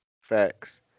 Facts